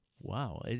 Wow